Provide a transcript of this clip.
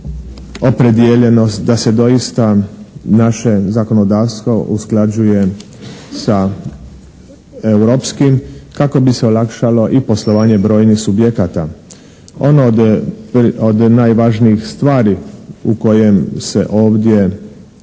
opredijeljenost da se doista naše zakonodavstvo usklađuje sa europskim kako bi se olakšalo i poslovanje brojnih subjekata. Ono od najvažnijih stvari u kojem se ovdje